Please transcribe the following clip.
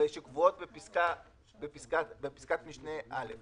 שקבועות בפסקת משנה (א):